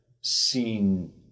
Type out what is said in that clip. seen